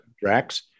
Drax